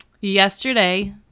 yesterday